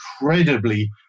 incredibly